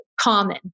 common